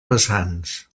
vessants